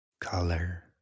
color